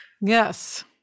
Yes